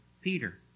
Peter